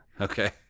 Okay